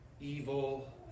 Evil